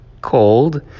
cold